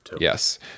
yes